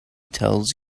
tells